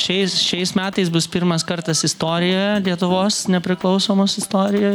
šiais šiais metais bus pirmas kartas istorijoje lietuvos nepriklausomos istorijoj